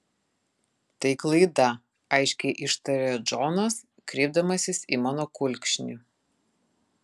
tai klaida aiškiai ištaria džonas kreipdamasis į mano kulkšnį